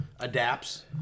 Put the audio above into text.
adapts